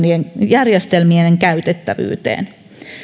järjestelmien käytettävyyteen